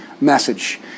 message